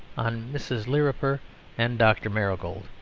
on mrs. lirriper and dr. marigold.